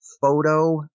photo